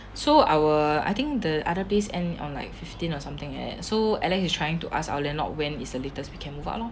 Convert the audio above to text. so our I think the other place end on like fifteen or something eh so alex is trying to ask our landlord when is the latest we can move out lor